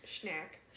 snack